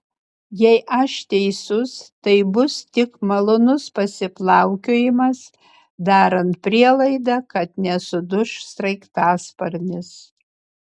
jei aš teisus tai bus tik malonus pasiplaukiojimas darant prielaidą kad nesuduš sraigtasparnis